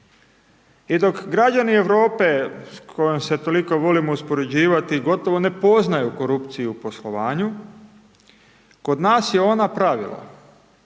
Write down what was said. I dok građani Europe s kojom se toliko volimo uspoređivati gotovo ne poznaju korupciju u poslovanju kod nas je ona pravilo.